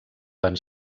van